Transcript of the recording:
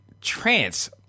trance